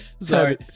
sorry